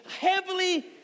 heavily